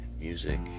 music